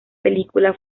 película